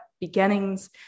beginnings